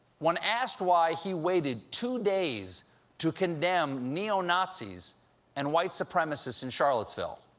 when asked why he waited two days to condemn neo-nazis and white supremacists in charlottesville.